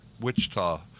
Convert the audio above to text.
Wichita